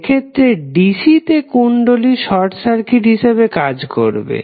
এক্ষেত্রে DC তে কুণ্ডলী সর্ট সারকিট হিসাবে কাজ করবে